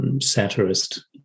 satirist